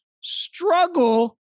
struggle